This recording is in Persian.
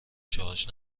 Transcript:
شارژ